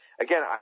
Again